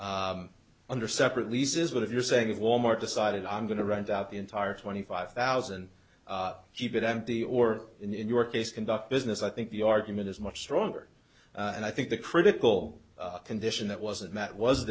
out under separate leases but if you're saying if wal mart decided i'm going to rent out the entire twenty five thousand jeep it empty or in your case conduct business i think the argument is much stronger and i think the critical condition that wasn't